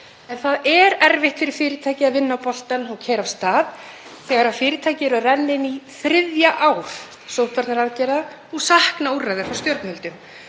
En það er erfitt fyrir fyrirtæki að vinna boltann og keyra af stað þegar fyrirtæki eru að renna inn í þriðja ár sóttvarnaaðgerða og sakna úrræða frá stjórnvöldum.